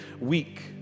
week